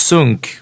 Sunk